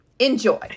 enjoy